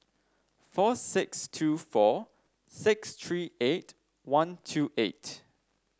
four six two four six three eight one two eight